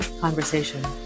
conversation